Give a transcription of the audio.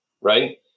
right